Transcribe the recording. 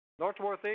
Northworthy